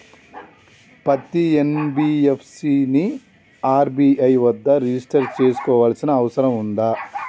పత్తి ఎన్.బి.ఎఫ్.సి ని ఆర్.బి.ఐ వద్ద రిజిష్టర్ చేసుకోవాల్సిన అవసరం ఉందా?